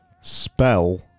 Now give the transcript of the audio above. spell